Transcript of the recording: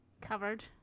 covered